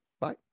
Bye